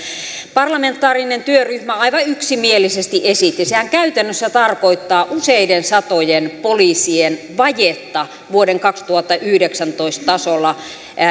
parlamentaarinen työryhmä aivan yksimielisesti esitti sehän käytännössä tarkoittaa useiden satojen poliisien vajetta vuoden kaksituhattayhdeksäntoista tasolla